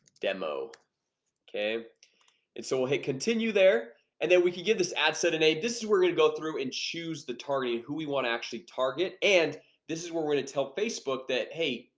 demo okay, and so we'll hit continue there and then we could give this ad set an a this is we're gonna go through and choose the target who we want to actually target and this is where we're gonna tell facebook that hey.